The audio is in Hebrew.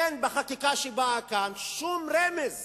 אין בחקיקה שמובאת לכאן שום רמז